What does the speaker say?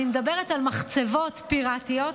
אני מדברת על מחצבות פיראטיות,